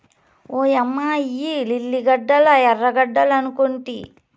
ఓయమ్మ ఇయ్యి లిల్లీ గడ్డలా ఎర్రగడ్డలనుకొంటి